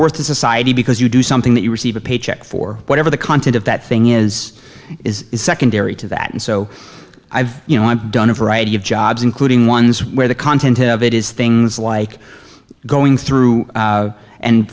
worth to society because you do something that you receive a paycheck for whatever the content of that thing is is secondary to that and so i've you know i've done a variety of jobs including ones where the content of it is things like going through